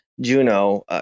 Juno